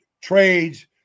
trades